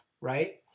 right